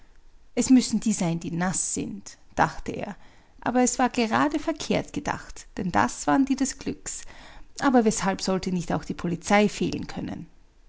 es müssen die sein die naß sind dachte er aber es war gerade verkehrt gedacht denn das waren die des glückes aber weshalb sollte nicht auch die polizei fehlen können